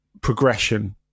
progression